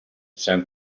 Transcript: sent